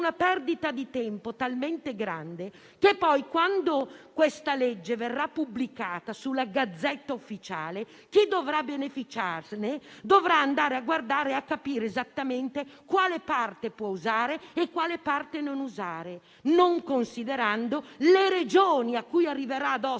una perdita di tempo talmente grande che, quando la legge verrà pubblicata sulla *Gazzetta Ufficiale*, chi dovrà beneficiarne dovrà andare a guardare per capire esattamente quale parte può usare e quale no, non considerando le Regioni, su cui piomberà addosso